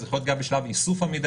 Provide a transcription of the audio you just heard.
זה יכול להיות גם בשלב איסוף המידע,